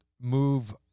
move